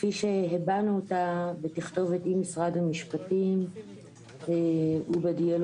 כפי שהבענו אותה בתכתובת עם משרד המשפטים ובדיאלוג